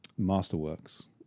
Masterworks